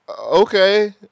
okay